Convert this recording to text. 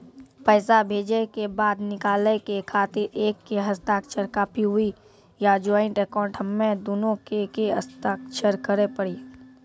पैसा भेजै के बाद निकाले के खातिर एक के हस्ताक्षर काफी हुई या ज्वाइंट अकाउंट हम्मे दुनो के के हस्ताक्षर करे पड़ी?